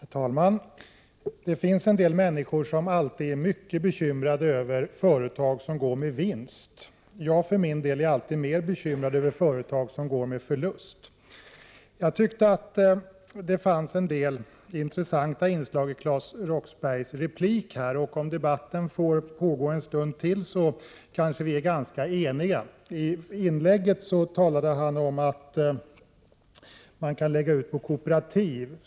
Herr talman! Det finns en del människor som alltid är mycket bekymrade över företag som går med vinst. För min del är jag alltid mer bekymrad över företag som går med förlust. Jag tyckte att det fanns en del intressanta inslag i Claes Roxberghs replik, och om debatten får pågå en stund till, kanske vi blir ganska eniga. I inlägget talade han om att man kunde lägga ut verksamheten på kooperativ.